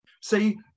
see